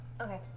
Okay